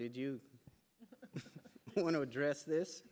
did you want to address this